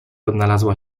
odnalazła